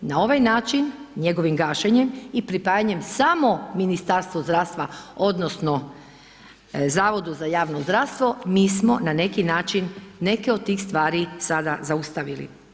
Na ovaj način njegovim gašenjem i pripajanjem samo Ministarstvu zdravstva odnosno Zavodu za javno zdravstvo mi smo na neki način neke od tih stvari sada zaustavili.